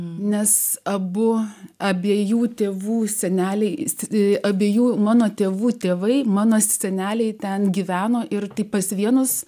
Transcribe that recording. nes abu abiejų tėvų seneliai sts e abiejų mano tėvų tėvai mano seneliai ten gyveno ir taip pas vienus